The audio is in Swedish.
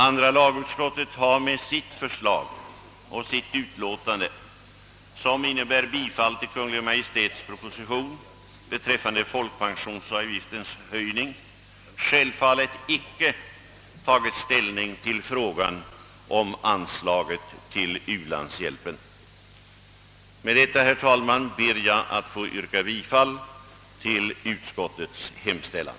Andra lagutskottet har med sitt förslag och sitt utlåtande, som tillstyrker bifall till Kungl. Maj:ts proposition beträffande folkpensionsavgiften, självfallet icke tagit ställning till frågan om anslaget till u-landshjälpen. Med detta, herr talman, ber jag att få yrka bifall till utskottets hemställan.